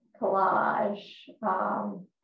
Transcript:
collage